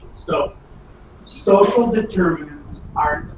so social determinants are.